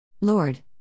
Lord